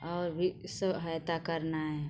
और भी सहायता करनी है